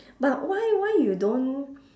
but why why you don't